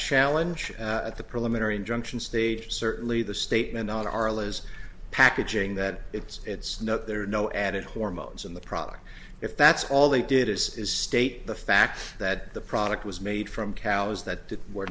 challenge at the preliminary injunction stage certainly the statement on our allies packaging that it's no there are no added hormones in the product if that's all they did is is state the fact that the product was made from cows that were